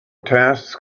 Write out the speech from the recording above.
task